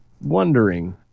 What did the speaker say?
wondering